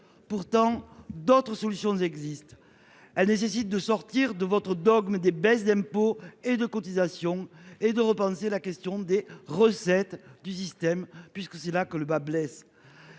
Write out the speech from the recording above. Pourtant d'autres solutions existent, elle nécessite de sortir de votre dogme des baisses d'impôts et de cotisations et de repenser la question des recettes du système, puisque c'est là que le bât blesse.